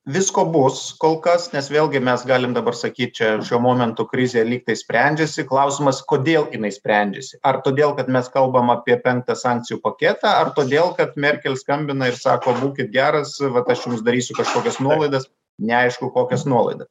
visko bus kol kas nes vėlgi mes galim dabar sakyt čia šiuo momentu krizė lyg tais sprendžiasi klausimas kodėl jinai sprendžiasi ar todėl kad mes kalbam apie penktą sankcijų paketą ar todėl kad merkel skambina ir sako būkit geras vat aš jums darysiu kažkokias nuolaidas neaišku kokias nuolaida